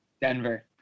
Denver